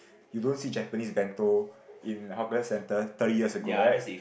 you don't see Japanese bento in hawker centre thirty years ago right